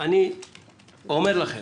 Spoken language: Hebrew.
אני אומר לכם,